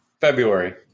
February